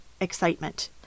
excitement